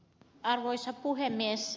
arvoisa puhemies